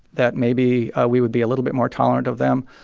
that maybe we would be a little bit more tolerant of them,